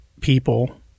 people